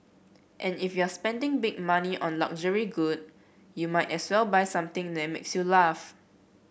and if you're spending big money on a luxury good you might as well buy something that makes you laugh